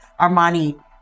armani